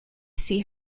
see